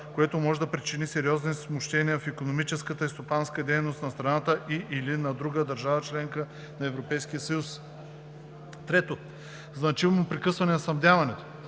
което може да причини сериозни смущения в икономическата и стопанската дейност на страната и/или на друга държава – членка на Европейския съюз. 3. „Значимо прекъсване на снабдяването“